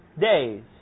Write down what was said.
days